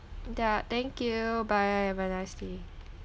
ya thank you bye have a nice day